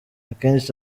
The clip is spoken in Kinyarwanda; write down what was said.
akenshi